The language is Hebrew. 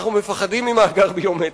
אנחנו מפחדים ממאגר ביומטרי,